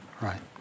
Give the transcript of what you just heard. right